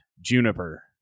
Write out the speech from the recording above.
juniper